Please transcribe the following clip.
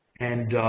and